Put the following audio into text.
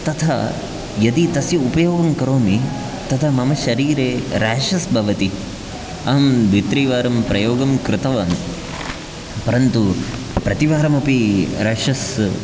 तथा यदि तस्य उपयोगं करोमि तदा मम शरीरे राशस् भवति अहं द्वित्रिवारं प्रयोगं कृतवान् परन्तु प्रतिवारमपि राशस्